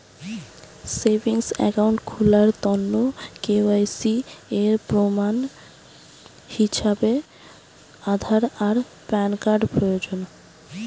savings account খুলার তন্ন KYC এর প্রমাণ হিছাবে আধার আর প্যান কার্ড প্রয়োজন